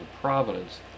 providence